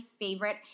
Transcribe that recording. favorite